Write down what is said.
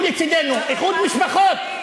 חברת הכנסת בירן.